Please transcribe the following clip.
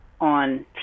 on